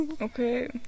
okay